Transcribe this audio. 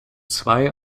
zwei